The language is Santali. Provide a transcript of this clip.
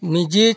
ᱢᱮᱡᱤᱠ